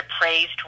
praised